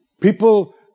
People